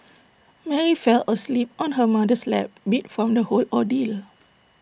Mary fell asleep on her mother's lap beat from the whole ordeal